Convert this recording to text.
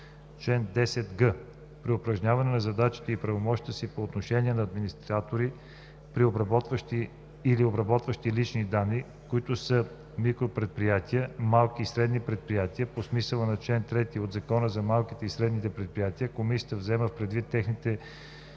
Чл. 10г. При упражняване на задачите и правомощията си по отношение на администратори или обработващи лични данни, които са микропредприятия, малки и средни предприятия по смисъла на чл. 3 от Закона за малките и средните предприятия, комисията взема предвид техните